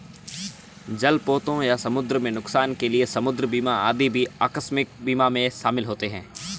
जलपोतों या समुद्र में नुकसान के लिए समुद्र बीमा आदि भी आकस्मिक बीमा में शामिल होते हैं